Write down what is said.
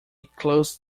closed